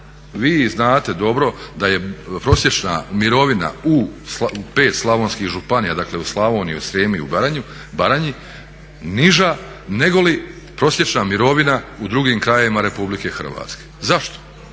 vi znate dobro da prosječna mirovina u 5 slavonskih županija, dakle u Slavoniji, Srijemu i Baranji niža nego li prosječna mirovina u drugim krajevima RH. Zašto?